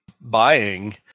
buying